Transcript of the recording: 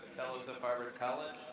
fellows of harvard college,